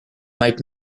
might